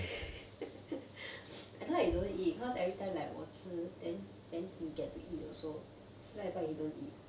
I thought he don't eat because every time like 我吃 then then he get to eat also then I thought he don't eat